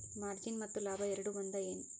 margin ಮತ್ತ ಲಾಭ ಎರಡೂ ಒಂದ ಏನ್